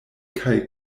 kaj